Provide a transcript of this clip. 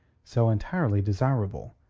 so entirely desirable,